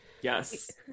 Yes